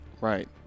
Right